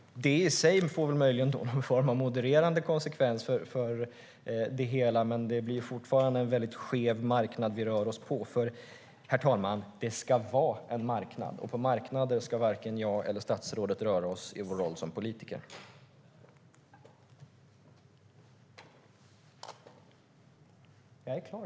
Det i sig blir väl möjligen en form av modererande konsekvens för det hela, men det är fortfarande en skev marknad. Det ska vara en marknad, herr talman, och på marknader ska varken jag eller statsrådet röra oss i vår roll som politiker.